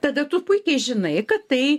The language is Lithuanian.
tada tu puikiai žinai kad tai